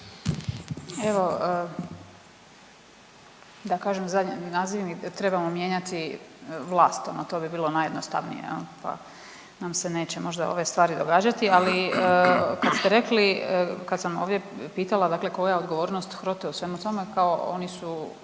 Evo da kažem zadnji … trebamo mijenjati vlast ono to bi bilo najjednostavnije jel pa nam se neće možda ove stvari događati. Ali kad ste rekli kad sam ovdje pitala koja je odgovornost HROTE-a u svemu tome, kao oni su